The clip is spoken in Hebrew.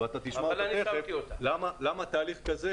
אתה תכף תשמע אותה, למה תהליך כזה